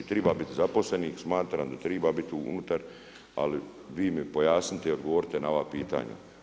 Treba biti zaposlenih, smatram da treba biti unutar, ali vi mi pojasnite i odgovorite na ova pitanja.